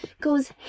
goes